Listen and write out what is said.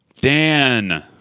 Dan